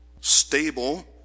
stable